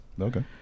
Okay